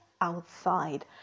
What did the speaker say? outside